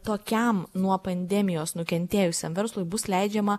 tokiam nuo pandemijos nukentėjusiam verslui bus leidžiama